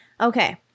Okay